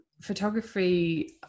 photography